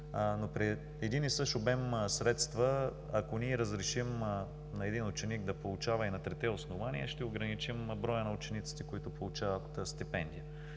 Но при един и същ обем средства, ако ние разрешим на един ученик да получава и на трите основания, ще ограничим броя на учениците, които получават стипендия.